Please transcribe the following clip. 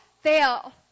fail